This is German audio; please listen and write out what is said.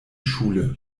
schule